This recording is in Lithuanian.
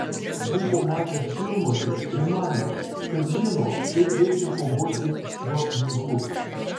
buvo matęs filmuose ir manė kad žino kaip reikia kovoti šiuo ginklu